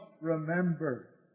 remember